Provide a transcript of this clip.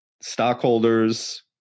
stockholders